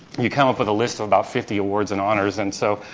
you come up with a list of about fifty awards and honors, and so,